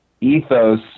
ethos